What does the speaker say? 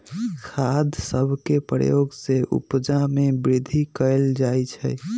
खाद सभके प्रयोग से उपजा में वृद्धि कएल जाइ छइ